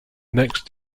next